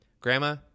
Grandma